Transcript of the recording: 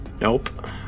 Nope